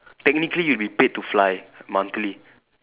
technically you would be paid to fly monthly